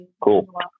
cool